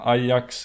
Ajax